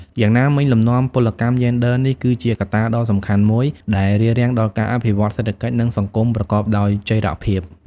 យ៉ាងណាមិញ លំនាំពលកម្មយេនឌ័រនេះគឺជាកត្តាដ៏សំខាន់មួយដែលរារាំងដល់ការអភិវឌ្ឍន៍សេដ្ឋកិច្ច និងសង្គមប្រកបដោយចីរភាព។